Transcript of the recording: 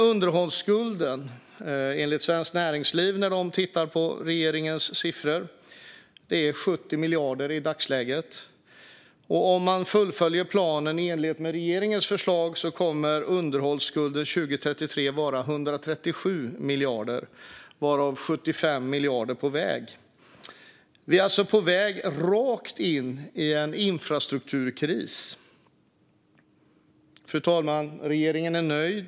Underhållsskulden är enligt Svenskt Näringsliv, som har tittat på regeringens siffror, i dagsläget 70 miljarder. Och om man fullföljer planen i enlighet med regeringens förslag kommer underhållsskulden 2033 att vara 137 miljarder, varav 75 miljarder på väg. Vi är alltså på väg rakt in i en infrastrukturkris. Fru talman! Regeringen är nöjd.